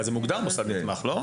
אבל זה מוגדר כמוסד נתמך, לא?